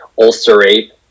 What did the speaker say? Ulcerate